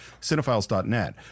cinephiles.net